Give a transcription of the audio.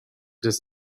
does